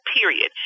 period